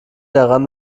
daran